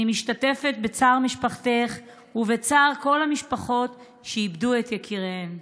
אני משתתפת בצער משפחתך ובצער כל המשפחות שאיבדו את יקיריהן.